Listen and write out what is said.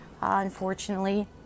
unfortunately